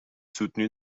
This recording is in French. soutenu